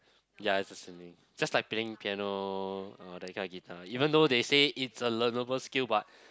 ya just like playing piano or that kind of guitar even though they say it's a learnable skill but